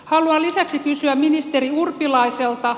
haluan lisäksi kysyä ministeri urpilaiselta